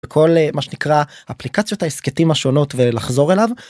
כל מה שנקרא אפליקציות ההסכמים השונות ולחזור אליו.